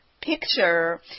picture